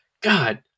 God